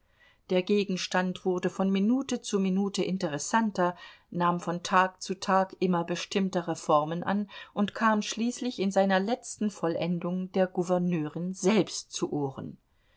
der gegenstand wurde von minute zu minute interessanter nahm von tag zu tag immer bestimmtere formen an und kam schließlich in seiner letzten vollendung der gouverneurin selbst zu ohren